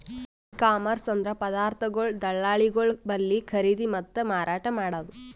E commerce ಅಂದ್ರ ಪದಾರ್ಥಗೊಳ್ ದಳ್ಳಾಳಿಗೊಳ್ ಬಲ್ಲಿ ಖರೀದಿ ಮತ್ತ್ ಮಾರಾಟ್ ಮಾಡದು